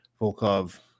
Volkov